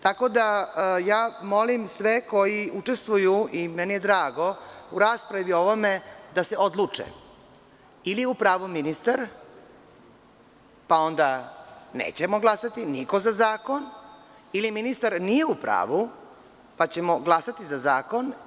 Tako da molim sve koji učestvuju u raspravi u ovome da se odluče, ili je u pravu ministar, pa onda nećemo glasati, niko za zakon, ili ministar nije u pravu, pa ćemo glasati za zakon.